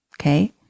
Okay